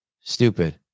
Stupid